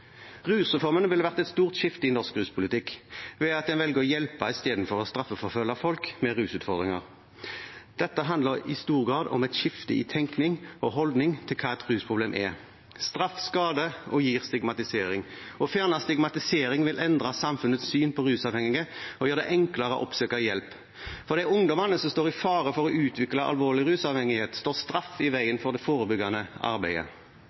Rusreformen ville vært et stort skifte i norsk ruspolitikk ved at en velger å hjelpe istedenfor å straffeforfølge folk med rusutfordringer. Dette handler i stor grad om et skifte i tenkning og holdning til hva et rusproblem er. Straff skader og gir stigmatisering. Å fjerne stigmatisering vil endre samfunnets syn på rusavhengige og gjøre det enklere å oppsøke hjelp. For de ungdommene som står i fare for å utvikle alvorlig rusavhengighet, står straff i veien for det forebyggende arbeidet.